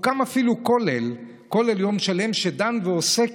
הוקם אפילו כולל יום שלם שדן ועוסק